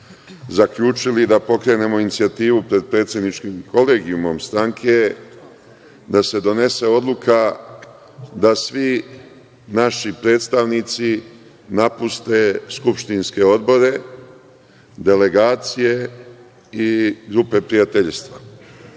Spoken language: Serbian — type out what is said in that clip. zaključili da pokrenemo inicijativu pred predsedničkim kolegijumom stranke, da se donese odluka da svi naši predstavnici napuste skupštinske odbore, delegacije i grupe prijateljstava,